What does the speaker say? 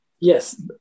Yes